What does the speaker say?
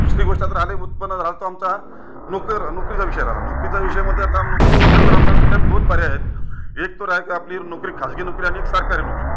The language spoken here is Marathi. दुसरी गोष्ट आता राह्यला उत्पन्न घरात तो आमचा नोकर नोकरीचा विषय राहिला नोकरीचा विषयमध्ये आता नोकरी बोलले तर आम्ही आता दोन पर्याय आहेत एक तर आहेय आपली नोकरी खाजगी नोकरी आणि एक सरकारी नोकरी